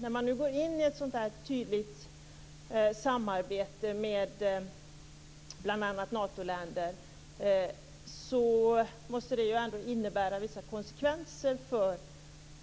När man nu går in i ett samarbetet med bl.a. NATO-länder måste det ändå medföra vissa konsekvenser för